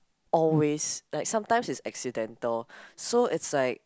always like sometime it's accidental so it's like